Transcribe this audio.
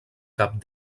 cap